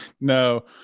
No